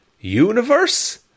universe